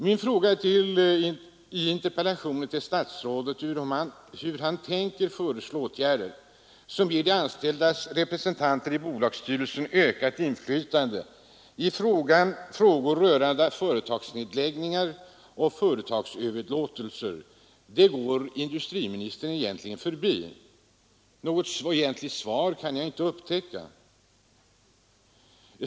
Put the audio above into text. Min fråga i interpellationen, om industriministern tänker föreslå åtgärder som ger de anställdas representanter i bolagsstyrelser ökat inflytande i frågor rörande företagsnedläggningar och företagsöverlåtelser, går statsrådet egentligen förbi. Något verkligt svar kan jag inte upptäcka.